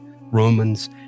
Romans